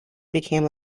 became